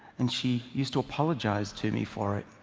and she used to apologize to me for it.